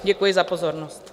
Děkuji za pozornost.